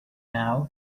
now